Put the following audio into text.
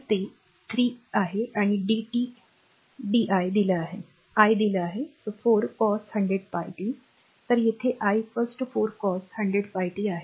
तर ते 3 आहे आणि dt di दिलं आहे i दिलं आहे 4 cos 100πt तर इथे i 4 cos100πt आहे